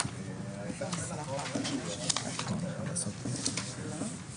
קודם זה היה אח או חובש ועכשיו שינו לאח או מגיש